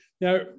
Now